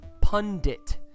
pundit